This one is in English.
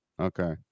okay